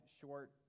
short